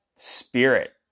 spirit